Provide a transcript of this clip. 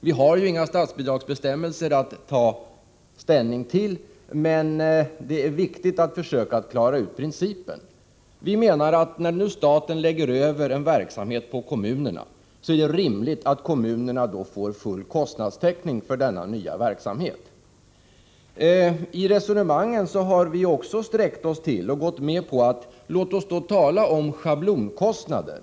Det finns inga statsbidragsbestämmelser att ta ställning till, men det är viktigt att försöka klara ut principen. Vi menar att när nu staten lägger över en verksamhet på kommunerna, så är det rimligt att kommunerna får full kostnadstäckning för denna nya verksamhet. I resonemangen har vi sträckt oss så långt att vi sagt: Låt oss tala om schablonkostnader.